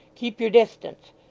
keep your distance.